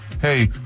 hey